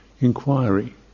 Inquiry